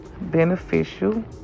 beneficial